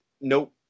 nope